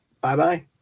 bye-bye